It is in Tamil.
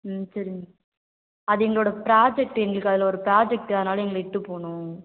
ம் சரி மேம் அது எங்களோடய ப்ராஜெக்ட்டு எங்களுக்கு அதில் ஒரு ப்ராஜெக்ட்டு அதனால எங்களை இட்டு போகணும்